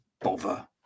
bother